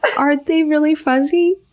are they really fuzzy?